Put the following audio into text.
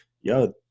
yo